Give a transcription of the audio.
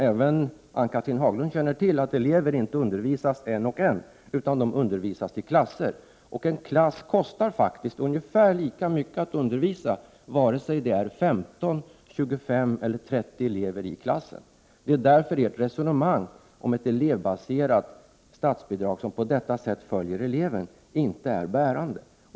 Även Ann-Cathrine Haglund känner ju till att elever inte undervisas en och en utan i klasser, och en klass kostar ungefär lika mycket att undervisa oavsett om det är 15, 25 eller 30 elever i klassen. Det är därför ert resonemang om ett elevbaserat statsbidrag som följer eleven inte är bärande.